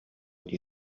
дии